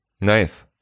nice